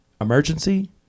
Emergency